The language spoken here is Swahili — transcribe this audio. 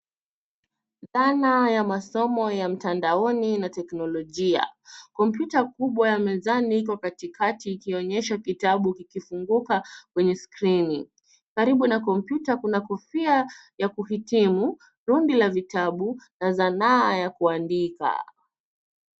Mfano ya masomo ya mtandaoni na teknolojia. Kompyuta kubwa ya mezani iko kati kati ikionesha kitabu kikifunguka kwenye skrini. Karibu na kompyuta kuna kofia ya kuhitimu kundi la vitabu na zanaa ya kuandika.